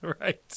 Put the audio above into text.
right